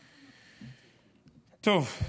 טוב,